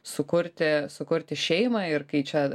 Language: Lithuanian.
sukurti sukurti šeimą ir kai čia